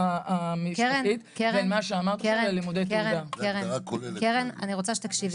קרן, קרן, אני רוצה שתקשיבי.